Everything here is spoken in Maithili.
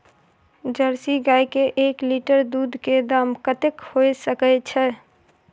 जर्सी गाय के एक लीटर दूध के दाम कतेक होय सके छै?